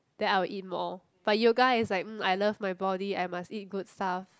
then I will eat more but yoga is like mm I love my body I must eat good stuff